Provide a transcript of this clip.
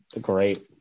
great